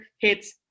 hits